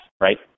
right